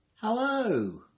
Hello